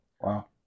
wow